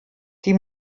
die